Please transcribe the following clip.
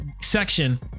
section